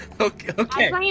Okay